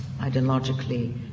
ideologically